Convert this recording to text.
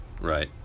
Right